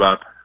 up